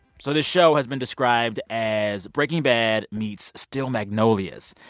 so this show has been described as breaking bad meets steel magnolias.